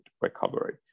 recovery